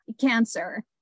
cancer